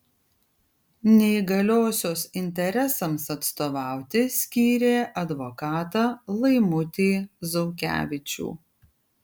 neįgaliosios interesams atstovauti skyrė advokatą laimutį zaukevičių